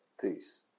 Peace